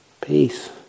peace